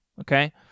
okay